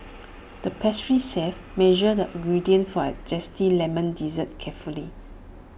the pastry chef measured the ingredients for A Zesty Lemon Dessert carefully